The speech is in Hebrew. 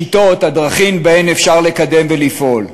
השיטות, הדרכים שבהן אפשר לקדם ולפעול.